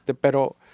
Pero